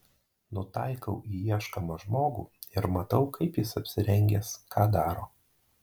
nutaikau į ieškomą žmogų ir matau kaip jis apsirengęs ką daro